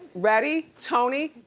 ready? tony,